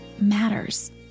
matters